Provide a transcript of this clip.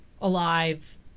alive